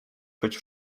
choć